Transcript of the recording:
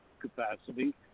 capacity